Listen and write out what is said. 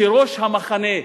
שראש המחנה,